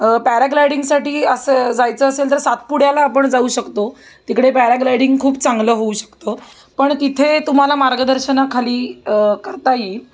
पॅराग्लायडिंगसाठी असं जायचं असेल तर सातपुड्याला आपण जाऊ शकतो तिकडे पॅराग्लायडिंग खूप चांगलं होऊ शकतं पण तिथे तुम्हाला मार्गदर्शनाखाली करता येईल